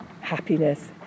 happiness